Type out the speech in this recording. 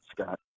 Scott